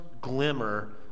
glimmer